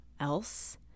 else